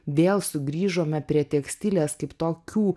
vėl sugrįžome prie tekstilės kaip tokių